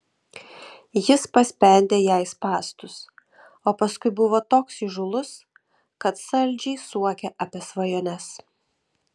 jis paspendė jai spąstus o paskui buvo toks įžūlus kad saldžiai suokė apie svajones